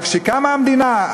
אבל כשקמה המדינה,